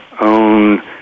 own